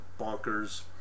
bonkers